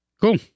Cool